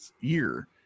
year